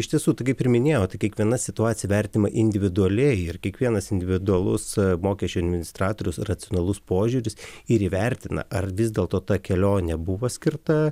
iš tiesų tai kaip ir minėjau kiekviena situacija vertinama individualiai ir kiekvienas individualus mokesčių administratoriaus racionalus požiūris ir įvertina ar vis dėlto ta kelionė buvo skirta